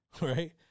right